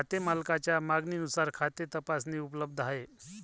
खाते मालकाच्या मागणीनुसार खाते तपासणी उपलब्ध आहे